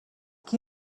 qui